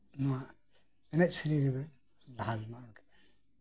ᱱᱚᱣᱟ ᱮᱱᱮᱡ ᱥᱮᱫᱚᱧ ᱞᱟᱦᱟᱲ ᱞᱮᱱᱟᱲ ᱟᱨᱠᱤ